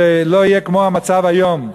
ולא יהיה כמו המצב היום,